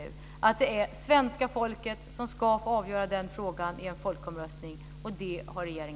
Regeringen har garanterat att svenska folket ska få avgöra den frågan i en folkomröstning.